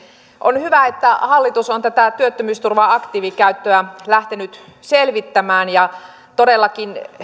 on hyvä että hallitus on tätä työttömyysturva aktiivikäyttöä lähtenyt selvittämään todellakin